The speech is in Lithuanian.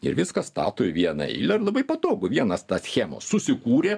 ir viską stato į vieną eilę ir labai patogu vienas tą schemą susikūrė